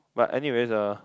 but anyways uh